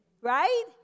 Right